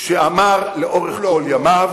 שאמר לאורך כל ימיו: